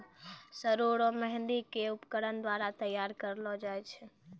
सरु रो मेंहदी के उपकरण द्वारा तैयार करलो जाय छै